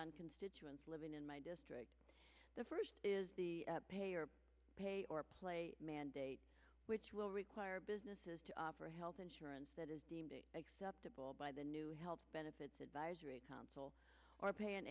on constituents living in my district the first is the pay or pay or play mandate which will require businesses to offer health insurance that is deemed acceptable by the new health benefits advisory council or pay